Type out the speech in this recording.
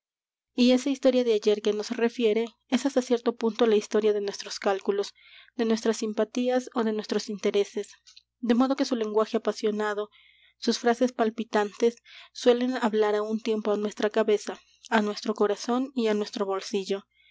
y esa historia de ayer que nos refiere es hasta cierto punto la historia de nuestros cálculos de nuestras simpatías ó de nuestros intereses de modo que su lenguaje apasionado sus frases palpitantes suelen hablar á un tiempo á nuestra cabeza á nuestro corazón y á nuestro bolsillo